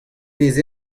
vez